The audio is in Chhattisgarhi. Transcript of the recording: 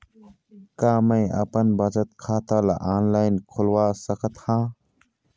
का मैं अपन बचत खाता ला ऑनलाइन खोलवा सकत ह?